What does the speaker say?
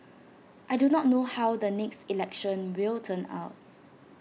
I do not know how the next election will turn out